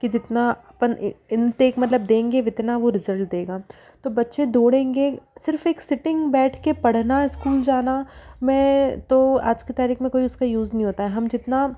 कि जितना अपन इनटेक मतलब देंगे वितना वो रिजल्ट देगा तो बच्चे दौड़ेंगे सिर्फ एक सिटिंग बैठ के पढ़ना स्कूल जाना में तो आज के तारीख में कोई उसका यूज़ नही होता है हम जितना